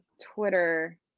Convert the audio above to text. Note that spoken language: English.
twitter